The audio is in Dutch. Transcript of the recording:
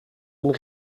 een